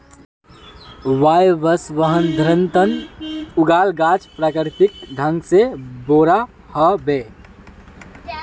वायवसंवर्धनत उगाल गाछ प्राकृतिक ढंग से बोरो ह बे